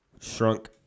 shrunk